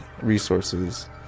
resources